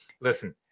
listen